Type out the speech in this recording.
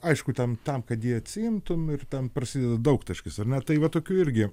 aišku ten tam kad jį atsiimtum ir ten prasideda daugtaškis ar ne tai va tokių irgi